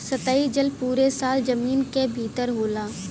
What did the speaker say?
सतही जल पुरे साल जमीन क भितर होला